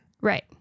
Right